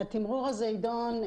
התמרור הזה יידון.